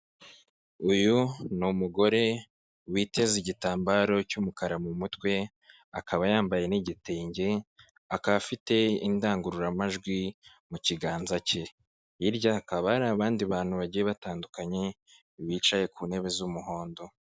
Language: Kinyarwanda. Uyu ni umugore witeze igitambaro cy'umukara mu mutwe, akaba yambaye n'igitenge, akaba afite indangururamajwi mu kiganza cye, hirya hakaba hari abandi bantu bagiye batandukanye bicaye ku ntebe z'umuhondo.